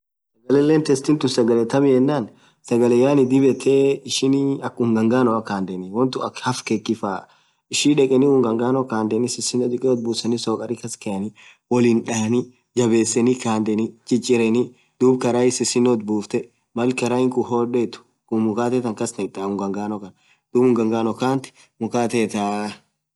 Sagale latest tun sagale taam yenan sagale yaani dhib yethee akha unga ngaano kandheni wonn tun won akaa hafkeki faaa. ishii dhekeni unga ngaano khadheni sisino dhikeyo itbuseni sokari kaskhaeni wolin Dhani jabesni kandeni chichireni dhub karai sisino itbufthe Mal karai khun hodhethu mukhate tan kas nethaa unga ngaano Khan dhub unga ngaano khati mukatee ithaaa